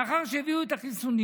לאחר שהם הביאו את החיסונים,